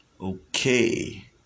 okay